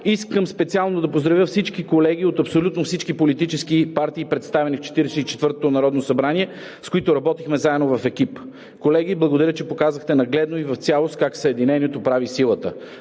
Искам специално да поздравя всички колеги от абсолютно всички политически партии, представени в 44-тото народно събрание, с които работихме заедно в екип. Колеги, благодаря, че показахте нагледно и в цялост как „Съединението прави силата“,